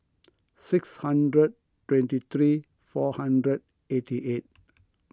six hundred twenty three four hundred eighty eight